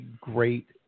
great